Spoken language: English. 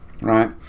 right